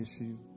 issue